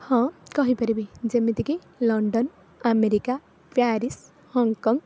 ହଁ କହିପାରିବି ଯେମିତି କି ଲଣ୍ଡନ ଆମେରିକା ପ୍ୟାରିସ ହଙ୍ଗ୍କଙ୍ଗ୍